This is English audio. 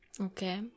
Okay